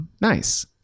Nice